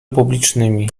publicznymi